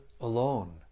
alone